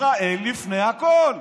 ישראל לפני הכול.